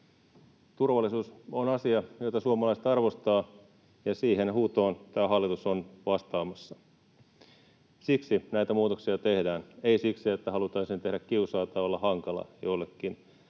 Turvallisuus on asia, jota suomalaiset arvostavat, ja siihen huutoon tämä hallitus on vastaamassa. Siksi näitä muutoksia tehdään, ei siksi, että haluttaisiin tehdä kiusaa tai olla hankala joillekin